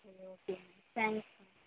சரி ஓகேங்க தேங்க்ஸ்